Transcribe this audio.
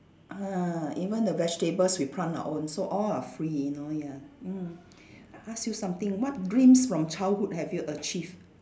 ah even the vegetables we plant our own so all are free you know ya mm I ask you something what dreams from childhood have you achieved